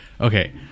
Okay